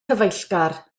cyfeillgar